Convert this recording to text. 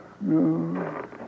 No